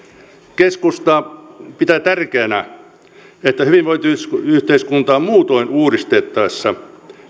keskusta pitää tärkeänä että hyvinvointiyhteiskuntaa muutoin uudistettaessa